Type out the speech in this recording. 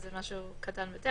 נתונים מסוג אחד,